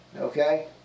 Okay